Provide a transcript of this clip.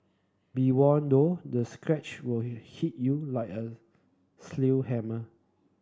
be warned though the sketch will hit you like a sledgehammer